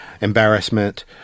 embarrassment